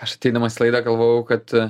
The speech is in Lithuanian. aš ateidamas į laidą galvojau kad